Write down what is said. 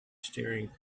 staring